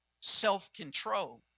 self-control